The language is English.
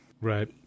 Right